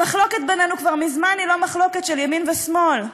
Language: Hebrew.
המחלוקת בינינו כבר מזמן היא לא מחלוקת של ימין ושמאל.